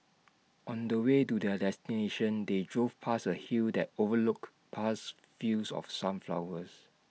on the way to their destination they drove past A hill that overlooked vast fields of sunflowers